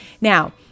Now